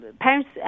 parents